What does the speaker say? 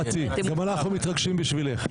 אנחנו מתרגשים גם בשבילך.